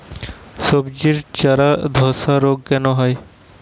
সবজির চারা ধ্বসা রোগ কেন হয়?